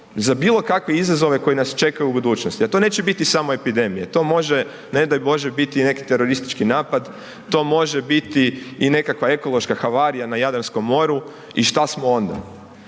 za bilokakve izazove koji nas čekaju u budućnosti jer tu neće biti samo epidemije, to može ne daj bože biti i neki teroristički napada, to može biti i nekakva ekološka havarija na Jadranskom moru i šta smo onda?